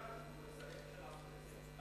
מבחינה פרקטית, איך אפשר לבצע את זה?